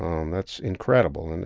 um that's incredible, and